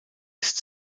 ist